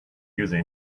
user